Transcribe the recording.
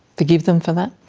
forgive them for that?